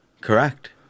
Correct